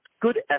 good